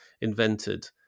invented